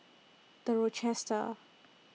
The Rochester